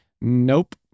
nope